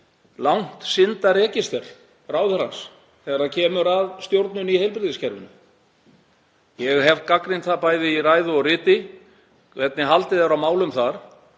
langt syndaregister ráðherrans þegar kemur að stjórnun í heilbrigðiskerfinu. Ég hef gagnrýnt það bæði í ræðu og riti hvernig haldið er á málum þar.